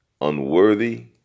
unworthy